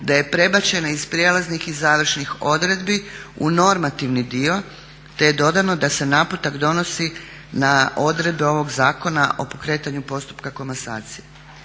da se prebačena iz prijelaznih i završnih odredbi u normativni dio te je dodano da se naputak donosi na odredbe ovog Zakona o pokretanju postupka komasacije.